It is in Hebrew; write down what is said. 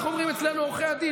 איך אומרים אצלנו, עורכי הדין?